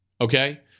Okay